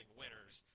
winners